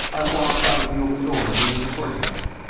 i walked out of the open doors into the courtyard.